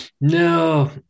No